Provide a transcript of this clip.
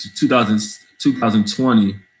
2020